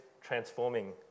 transforming